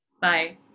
bye